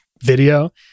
video